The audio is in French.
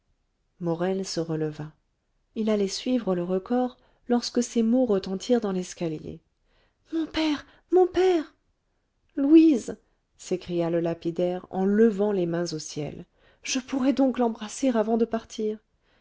morel se releva il allait suivre le recors lorsque ces mots retentirent dans l'escalier mon père mon père louise s'écria le lapidaire en levant les mains au ciel je pourrai donc l'embrasser avant de partir